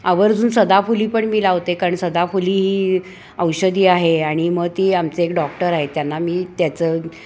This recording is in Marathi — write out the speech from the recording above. आवर्जून सदाफुली पण मी लावते कारण सदाफुली ही औषधी आहे आणि मग ती आमचं एक डॉक्टर आहेत त्यांना मी त्याचं